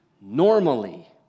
normally